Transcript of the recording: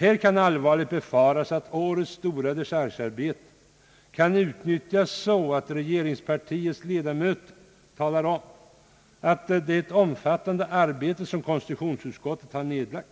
Här kan allvarligt befaras att årets dechargearbete kan utnyttjas så att regeringspartiets ledamöter talar om att det omfattande arbete som konstitutionsutskottet har nedlagt